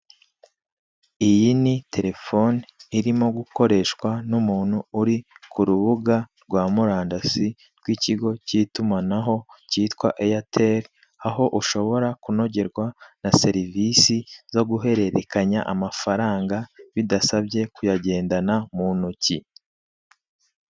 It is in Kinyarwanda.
Iyi ni terefone irimo gukoreshwa n'umuntu uri ku rubuga rwa murandasi rw'ikigo k'itumanaho kitwa eyeteri, aho ushobora kunogerwa na serivisi zo guhererekanya amafaranga bidasabye kuyagendana mu ntoki.